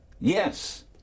Yes